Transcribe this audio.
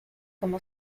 como